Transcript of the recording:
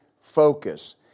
focus